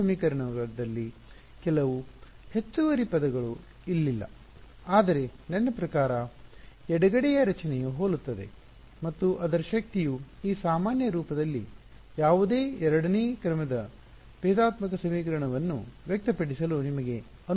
ಆ ಸಮೀಕರಣದಲ್ಲಿ ಕೆಲವು ಹೆಚ್ಚುವರಿ ಪದಗಳು ಇಲ್ಲಿಲ್ಲ ಆದರೆ ನನ್ನ ಪ್ರಕಾರ ಎಡಗಡೆಯ ರಚನೆಯು ಹೋಲುತ್ತದೆ ಮತ್ತು ಅದರ ಶಕ್ತಿಯು ಈ ಸಾಮಾನ್ಯ ರೂಪದಲ್ಲಿ ಯಾವುದೇ ಎರಡನೇ ಕ್ರಮದ ಭೇದಾತ್ಮಕ ಸಮೀಕರಣವನ್ನು ವ್ಯಕ್ತಪಡಿಸಲು ನಿಮಗೆ ಅನುವು ಮಾಡಿಕೊಡುತ್ತದೆ